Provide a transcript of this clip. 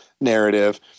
narrative